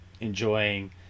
enjoying